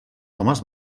homes